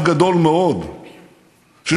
מה חנכו